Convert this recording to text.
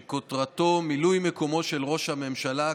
שכותרתו: מילוי מקומו של ראש הממשלה,